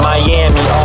Miami